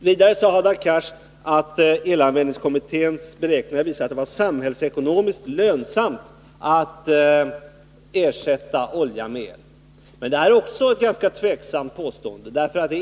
Vidare sade Hadar Cars att elanvändningskommitténs beräkningar visar att det skulle vara samhällsekonomiskt lönsamt att ersätta olja med el. Det är också ett ganska tveksamt påstående.